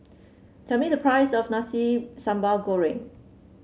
tell me the price of Nasi Sambal Goreng